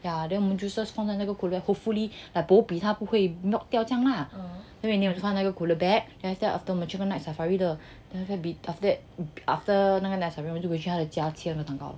yeah then 我们 useless 放在那个 courier hopefully bo bi 他不会 melt 掉这样啦因为没有它那个 cooler bag and then after that 我们去那个 night safari 的那个 after that after 那个小朋友就回去他的家切那个蛋糕